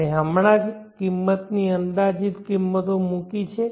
મેં હમણાં જ કિંમતની અંદાજિત કિંમતો મૂકી છે